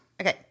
Okay